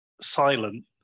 silent